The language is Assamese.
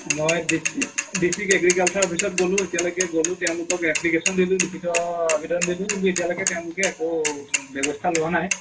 মই ডিষ্ট্ৰিক ডিষ্ট্ৰিক্ট এগ্ৰিকালচাৰ অফিচত গ'লোঁ এতিয়ালৈকে গ'লোঁ তেওঁলোকক এপ্লিকেশ্যন দিলোঁ লিখিত আবেদন দিলোঁ কিন্তু এতিয়ালৈকে তেওঁলোকে একো ব্যৱস্থা লোৱা নাই